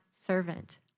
servant